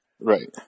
Right